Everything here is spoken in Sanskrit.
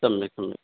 सम्यक् सम्यक्